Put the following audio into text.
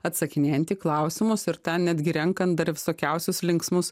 atsakinėjant į klausimus ir netgi renkant dar visokiausius linksmus